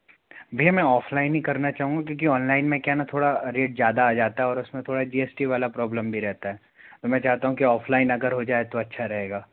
भैया मैं ऑफलाइन ही करना चाहूँगा क्यूंकि ऑनलाइन में क्या है ना थोड़ा रेट ज्यादा आ जाता हैं और उसमें थोडा जी एस टी वाला प्रॉब्लम भी रहता हैं तो मैं चाहता हूँ कि ऑफलाइन अगर हो जाए तो अच्छा रहेगा